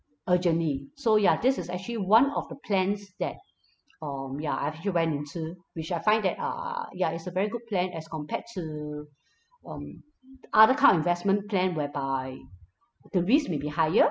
a journey so ya this is actually one of the plans that um ya I've actually went into which I find that err ya it's a very good plan as compared to um other kind of investment plan whereby the risk may be higher